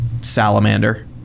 salamander